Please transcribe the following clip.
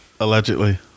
Allegedly